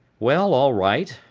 well all right,